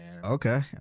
Okay